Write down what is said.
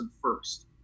first